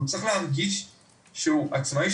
אבל הוא צריך להרגיש שהוא עצמאי,